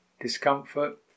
discomfort